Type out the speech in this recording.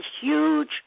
huge